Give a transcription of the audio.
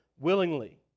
willingly